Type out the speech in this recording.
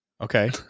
Okay